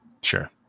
Sure